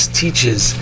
teaches